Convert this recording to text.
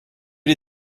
die